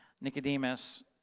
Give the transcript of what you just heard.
Nicodemus